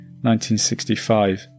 1965